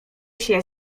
się